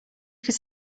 could